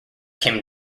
came